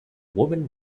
woman